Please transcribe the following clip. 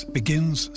begins